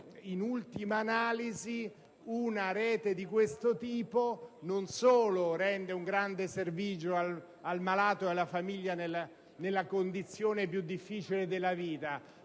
in ultima analisi, una rete di questo tipo non solo rende un grande servigio al malato e alla famiglia nel momento più difficile della vita,